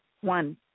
One